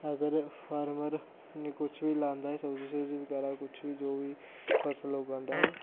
अगर फार्मर ने कुछ बी लांदा ऐ सब्जी सुब्जी बगैरा कुछ बी जो बी फसल उगांदा ऐ